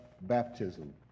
baptism